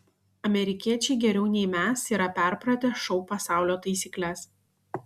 amerikiečiai geriau nei mes yra perpratę šou pasaulio taisykles